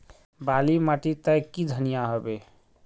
बाली माटी तई की धनिया होबे?